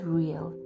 real